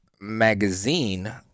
magazine